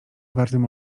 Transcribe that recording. wartym